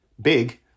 big